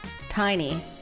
tiny